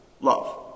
Love